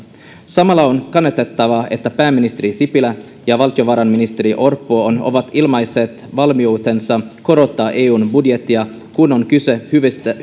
samalla on kannatettavaa että pääministeri sipilä ja valtiovarainministeri orpo ovat ovat ilmaisseet valmiutensa korottaa eun budjettia kun on kyse hyvistä